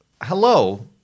hello